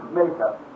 makeup